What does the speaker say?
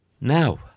Now